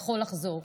יכול לחזור.